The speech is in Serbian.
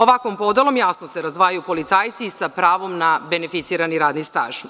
Ovakvom podelom, jasno se razdvajaju policajci sa pravom na beneficirani radni staž.